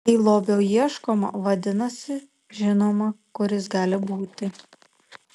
jei lobio ieškoma vadinasi žinoma kur jis gali būti